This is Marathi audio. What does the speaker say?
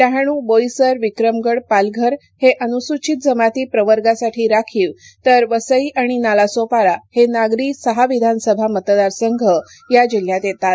डहाणू बोईसर विक्रमगड पालघर हे अनुसूचित जमाती प्रवर्गासाठी राखीव तर वसई आणि नालासोपारा हे नागरी से सहा विधानसभा मतदार संघ या जिल्ह्यात येतात